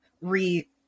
re